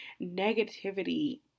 negativity